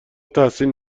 تحسین